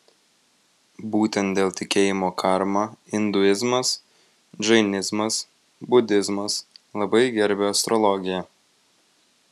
būtent dėl tikėjimo karma induizmas džainizmas budizmas labai gerbia astrologiją